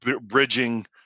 bridging